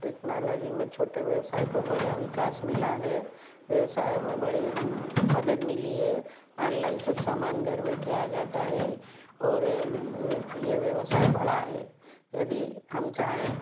technology में छोटे व्यवसाय को बड़ा विकास मिला है व्यवसायों में बड़े मदद मिली है अनलाइन सब समान घर बैठे आ जाता है और ये व्यवसाय बड़ा है यदि हम चाहें